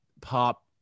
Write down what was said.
pop